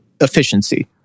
efficiency